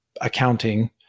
accounting